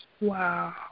Wow